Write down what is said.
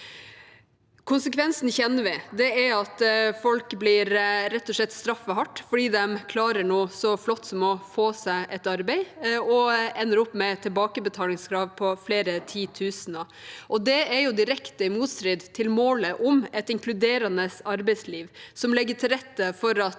Konsekvensene kjenner vi. Det er at folk rett og slett blir straffet hardt fordi de klarer noe så flott som å få seg et arbeid, og ender opp med tilbakebetalingskrav på flere titusener. Det er direkte i motstrid til målet om et inkluderende arbeidsliv som legger til rette for at